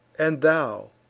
and thou,